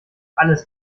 alles